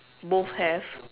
both have